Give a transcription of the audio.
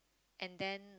and then